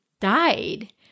died